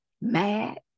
mad